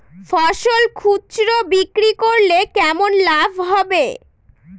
ফসল খুচরো বিক্রি করলে কেমন লাভ হবে?